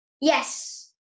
Yes